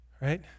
right